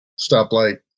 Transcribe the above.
stoplight